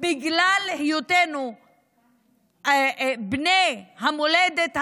בגלל היותנו בני המולדת הזאת,